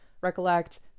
recollect